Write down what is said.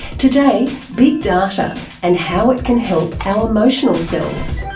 today, big data and how it can help our emotional selves.